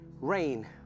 rain